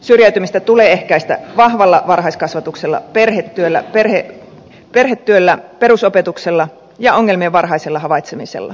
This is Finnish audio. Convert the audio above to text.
syrjäytymistä tulee ehkäistä vahvalla varhaiskasvatuksella perhetyöllä perusopetuksella ja ongelmien varhaisella havaitsemisella